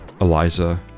Eliza